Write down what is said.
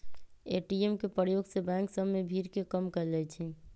ATM के प्रयोग से बैंक सभ में भीड़ के कम कएल जाइ छै